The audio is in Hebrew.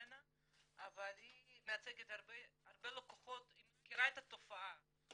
אבל היא מייצגת הרבה לקוחות, היא מכירה את התופעה.